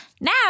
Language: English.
Now